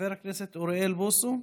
חבר הכנסת אוריאל בוסו,